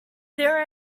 there